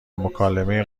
مکالمه